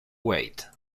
wait